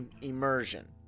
immersion